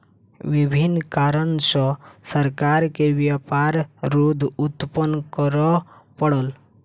विभिन्न कारण सॅ सरकार के व्यापार रोध उत्पन्न करअ पड़ल